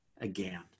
again